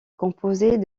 composées